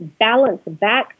balanceback